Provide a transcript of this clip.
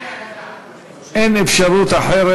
אין אפשרות אחרת.